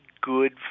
good